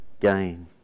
gain